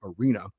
Arena